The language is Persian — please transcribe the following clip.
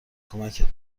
کمکت